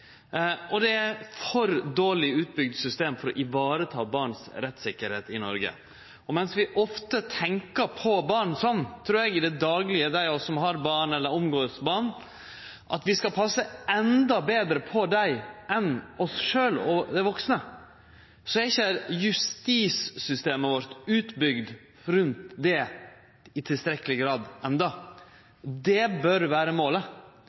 og det er eit for dårleg utbygd system for å vareta barnas rettstryggleik i Noreg. Mens vi ofte, i det daglege, tenkjer om barn – dei av oss som har barn, eller som er saman med barn – at vi skal passe endå betre på dei enn oss sjølve og dei vaksne, er ikkje justissystemet vårt utbygd rundt det i tilstrekkeleg grad enno. Det bør vere målet: